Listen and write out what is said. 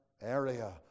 area